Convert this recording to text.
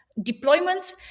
deployments